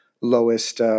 lowest